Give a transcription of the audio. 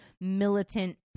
militant